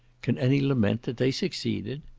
can any lament that they succeeded?